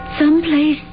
someplace